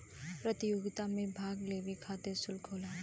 प्रतियोगिता मे भाग लेवे खतिर सुल्क होला